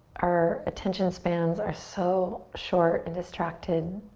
our attention spans are so short and distracted.